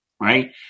right